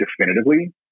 definitively